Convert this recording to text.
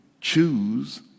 choose